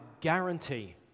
guarantee